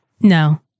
no